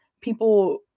people